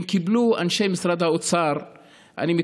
הם קיבלו,